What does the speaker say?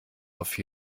auf